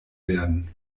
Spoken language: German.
werden